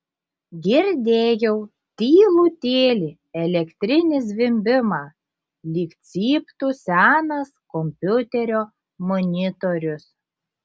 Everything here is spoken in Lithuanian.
girdėjau tylutėlį elektrinį zvimbimą lyg cyptų senas kompiuterio monitorius